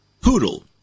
poodle